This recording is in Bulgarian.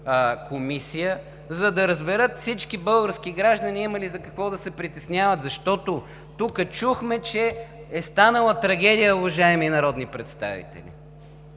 за да разберат всички български граждани има ли за какво да се притесняват, защото тук чухме, че е станала трагедия, уважаеми народни представители.